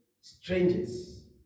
strangers